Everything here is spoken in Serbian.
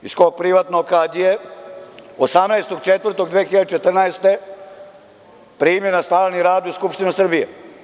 Iz kog privatnog, kada je 18.04.2014. godine primljen na stalni rad u Skupštinu Srbije?